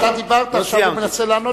אתה דיברת, עכשיו הוא מנסה לענות לך.